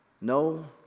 no